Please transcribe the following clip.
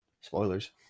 spoilers